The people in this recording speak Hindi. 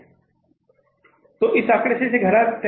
तो इस आंकड़े को इस आंकड़े से घटा देते है